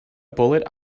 bullet